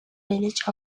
village